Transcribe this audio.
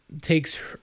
takes